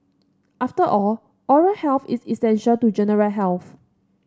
after all oral health is essential to general health